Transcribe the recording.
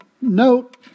note